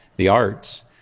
the arts,